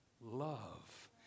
love